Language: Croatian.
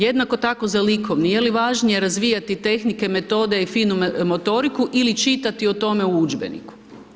Jednako tako za likovni, je li važnije razvijati tehnike, metode i finu motoriku ili čitati o tome u udžbeniku.